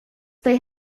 they